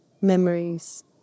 memories